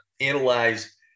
analyze